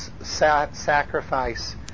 sacrifice